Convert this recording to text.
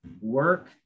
work